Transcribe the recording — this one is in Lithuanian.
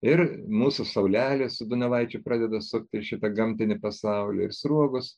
ir mūsų saulelė su donelaičiu pradeda suktis apie gamtinį pasaulį ir sruogos